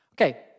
Okay